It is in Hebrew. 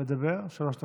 הוא מדבר שלוש דקות.